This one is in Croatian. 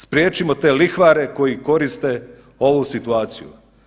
Spriječimo te lihvare koji koriste ovu situaciju.